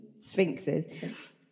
sphinxes